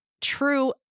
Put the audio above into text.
true